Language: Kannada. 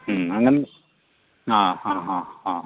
ಹ್ಞೂ ಹಂಗಂದ್ ಹಾಂ ಹಾಂ ಹಾಂ ಹಾಂ